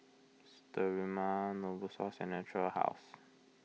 Sterimar Novosource and Natura House